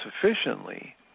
sufficiently